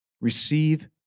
Receive